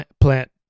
plant